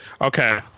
Okay